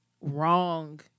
wrong